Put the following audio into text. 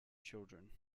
children